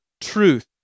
truth